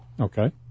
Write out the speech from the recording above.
okay